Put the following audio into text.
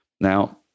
Now